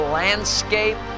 landscape